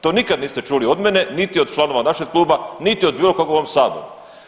To nikad niste čuli od mene niti od članova našeg kluba niti od bilo kog u ovom Saboru.